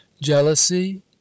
Jealousy